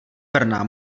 brna